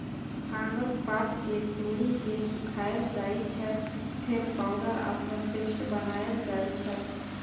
भांगक पात कें तोड़ि के सुखाएल जाइ छै, फेर पाउडर अथवा पेस्ट बनाएल जाइ छै